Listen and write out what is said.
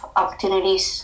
opportunities